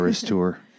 tour